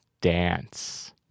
Dance